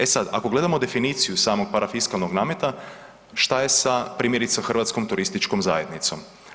E sad, ako gledamo definiciju samog parafiskalnog nameta, što je sa, primjerice Hrvatskom turističkom zajednicom.